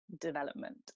development